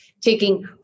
Taking